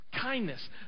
Kindness